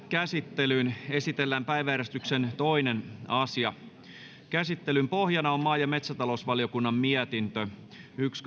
käsittelyyn esitellään päiväjärjestyksen toinen asia käsittelyn pohjana on maa ja metsätalousvaliokunnan mietintö yksi